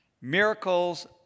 Miracles